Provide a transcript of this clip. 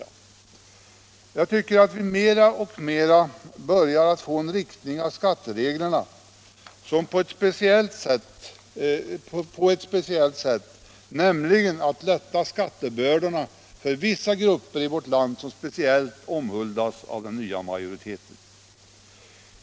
Jag tycker att vi mer och mer börjar få en speciell inriktning av skattereglerna, nämligen att lätta skattebördorna för vissa grupper i vårt land vilka speciellt omhuldas av den nya majoriteten.